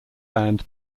band